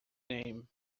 name